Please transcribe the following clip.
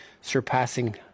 surpassing